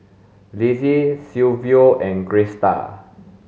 Lizzie Silvio and Griselda